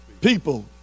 people